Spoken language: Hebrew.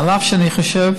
אף שאני חושב,